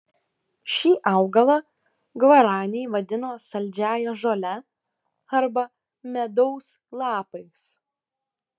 šį augalą gvaraniai vadino saldžiąja žole arba medaus lapais